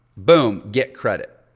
boom, get credit.